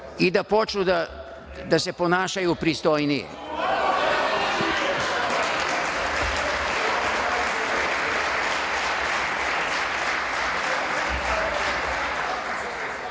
i da počnu da se ponašaju pristojnije.7/1